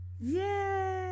Yay